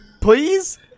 Please